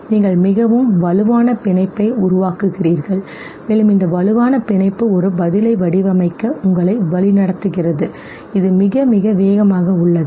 நீங்கள் மிகவும் வலுவான பிணைப்பை உருவாக்குகிறீர்கள் மேலும் இந்த வலுவான பிணைப்பு ஒரு பதிலை வடிவமைக்க உங்களை வழிநடத்துகிறது இது மிக மிக வேகமாக உள்ளது சரி